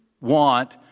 want